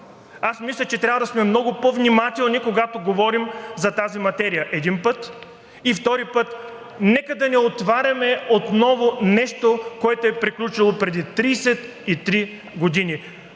Мисля, че трябва да сме много по внимателни, когато говорим за тази материя, един път, и втори път, нека да не отваряме отново нещо, което е приключило преди 33 години.